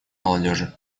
молодежи